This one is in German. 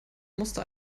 musste